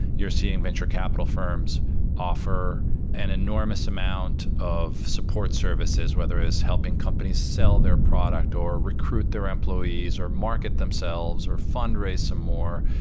you're seeing venture capital firms offer an enormous amount of support services, whether it's helping companies sell their product, or recruit their employees, or market themselves, or fundraiser some more.